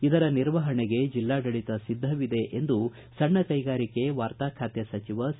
ಇದರ ನಿರ್ವಹಣೆಗೆ ಜಿಲ್ಲಾಡಳಿತ ಸಿದ್ದವಿದೆ ಎಂದು ಸಣ್ಣ ಕೈಗಾರಿಕೆ ವಾರ್ತಾ ಖಾತೆ ಸಚಿವ ಸಿ